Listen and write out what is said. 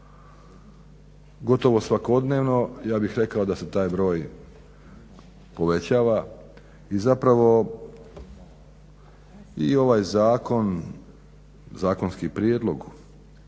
Gotovo svakodnevno ja bih rekao da se taj broj povećava. I zapravo i ovaj zakon, zakonski prijedlog